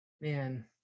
man